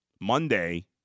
Monday